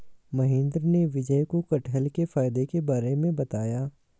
महेंद्र ने विजय को कठहल के फायदे के बारे में बताया